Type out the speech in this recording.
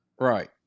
Right